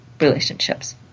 relationships